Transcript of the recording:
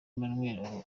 emmanuel